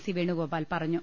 C Venugopal പറഞ്ഞു